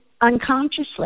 unconsciously